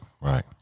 Right